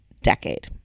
decade